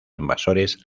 invasores